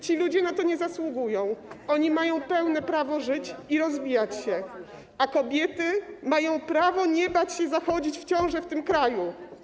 Ci ludzie na to nie zasługują, oni mają pełne prawo żyć i rozwijać się, a kobiety mają prawo nie bać się zachodzić w ciążę w tym kraju.